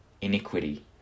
iniquity